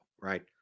right